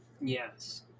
Yes